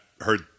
heard